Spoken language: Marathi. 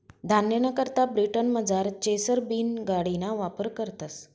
धान्यना करता ब्रिटनमझार चेसर बीन गाडिना वापर करतस